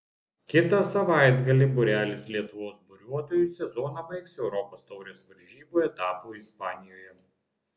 kitą savaitgalį būrelis lietuvos buriuotojų sezoną baigs europos taurės varžybų etapu ispanijoje